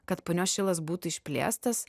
kad punios šilas būtų išplėstas